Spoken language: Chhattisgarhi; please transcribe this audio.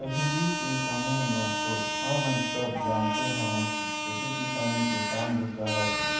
पहिली के समे म तो हमन सब जानते हवन के खेती किसानी के काम बूता ह तो